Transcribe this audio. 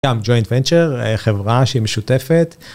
ג'ויינט ונצ'ר, חברה שהיא משותפת.